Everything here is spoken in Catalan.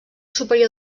superior